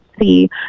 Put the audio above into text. see